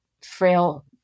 frail